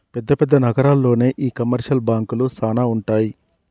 పెద్ద పెద్ద నగరాల్లోనే ఈ కమర్షియల్ బాంకులు సానా ఉంటాయి